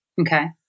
Okay